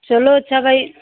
चलो अच्छा भाई